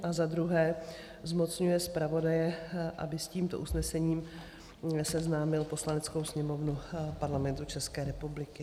II. zmocňuje zpravodaje, aby s tímto usnesením seznámil Poslaneckou sněmovnu Parlamentu České republiky.